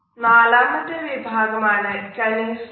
നാലാമത്തെ വിഭാഗം ആണ് കനീസിക്സ്